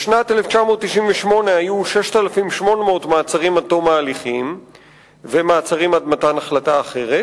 בשנת 1998 היו 6,800 מעצרים עד תום ההליכים ומעצרים עד מתן החלטה אחרת,